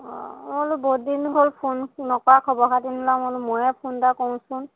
অঁ মই বোলো বহুত দিন হ'ল ফোন ফোন নকৰা খবৰ খাতি নোলোৱা মই বোলো মইয়ে ফোন এটা কৰোচোন